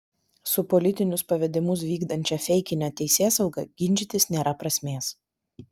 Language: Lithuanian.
su politinius pavedimus vykdančia feikine teisėsauga ginčytis nėra prasmės